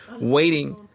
waiting